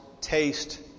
taste